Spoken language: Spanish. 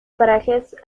parajes